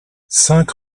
cinq